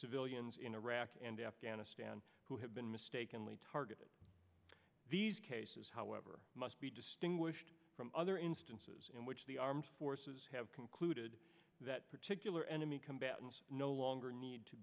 civilians in iraq and afghanistan who have been mistakenly targeted these cases however must be distinguished from other instances in which the armed forces have concluded that particular enemy combatants no longer need to